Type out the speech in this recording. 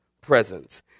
presence